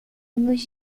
anos